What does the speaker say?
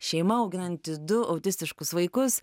šeima auginanti du autistiškus vaikus